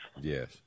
Yes